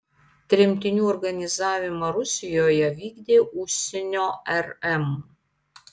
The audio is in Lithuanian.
tremtinių organizavimą rusijoje vykdė užsienio rm